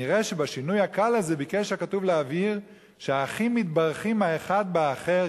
נראה שבשינוי קל זה ביקש הכתוב להבהיר שהאחים מתברכים האחד באחר,